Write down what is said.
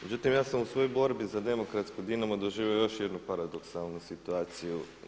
Međutim ja sam u svojoj borbi za demokratki Dinamo doživio još jednu paradoksalnu situaciju.